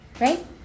Right